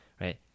right